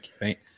right